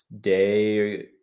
day